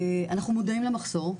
אנחנו מודעים למחסור,